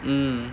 mm